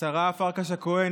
השרה פרקש הכהן,